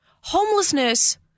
Homelessness